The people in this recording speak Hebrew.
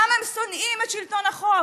למה הם שונאים את שלטון החוק?